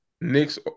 Knicks